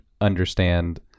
understand